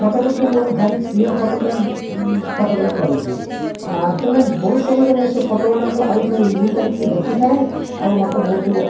photo ଗୁଡ଼ିକ ମୋର ଭାରି ପ୍ରିୟ ଫଟୋଗ୍ରାଫ୍ ଫଟୋଗ୍ରାଫ୍ ରହିଛି ତେଣୁ ବହୁତ ସମୟରେ ମୁଁ ସେ ଫଟୋ ଗୁଡ଼ାକ ଆଉ ଥରେ ରିଭ୍ୟୁ କରିକି ଦେଖିଥାଏ ଆଉ ମୋତେ ବହୁତ